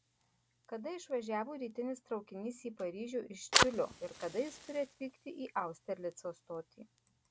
kada išvažiavo rytinis traukinys į paryžių iš tiulio ir kada jis turi atvykti į austerlico stotį